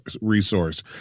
resource